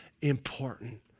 important